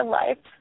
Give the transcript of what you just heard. life